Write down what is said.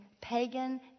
pagan